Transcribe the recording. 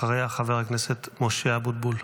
אחריה, חבר הכנסת משה אבוטבול.